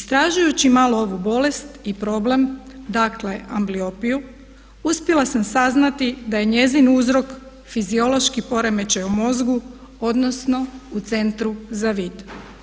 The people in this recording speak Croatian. Istražujući malo ovu bolest i problem, dakle ambliopiju uspjela sam saznati da je njezin uzrok fiziološki poremećaj u mozgu odnosno u centru za vid.